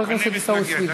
אני מתנגד.